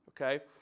okay